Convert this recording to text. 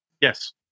Yes